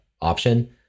option